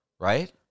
right